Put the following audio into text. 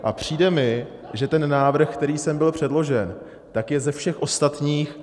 A přijde mi, že ten návrh, který sem byl předložen, je ze všech ostatních...